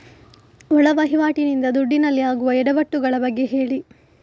ಒಳ ವಹಿವಾಟಿ ನಿಂದ ದುಡ್ಡಿನಲ್ಲಿ ಆಗುವ ಎಡವಟ್ಟು ಗಳ ಬಗ್ಗೆ ಹೇಳಿ